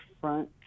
front